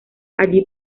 allí